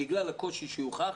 בגלל הקושי שיוכח,